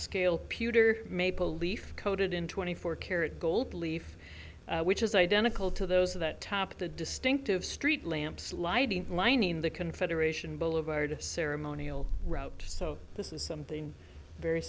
scale pewter maple leaf coated in twenty four karat gold leaf which is identical to those that top the distinctive streetlamps lighting lining the confederation boulevard ceremonial route so this is something very